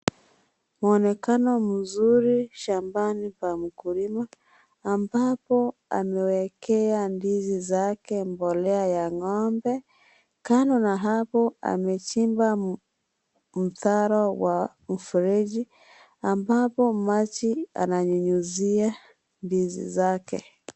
Mwanekano mzuri shambani mwa mkulima, ambapo amewekea ndizi zake mbolea ya ng'ombe. Kando na hapo, amechimba mtaro wa mfereji, ambapo maji ananyunyizia ndizi zake.